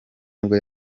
nibwo